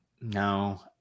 No